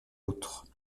autres